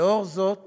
לאור זאת